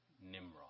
Nimrod